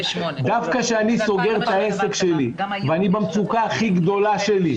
דווקא כשאני סוגר את העסק שלי ואני במצוקה הכי גדולה שלי,